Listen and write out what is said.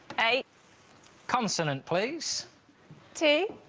a consonant, please t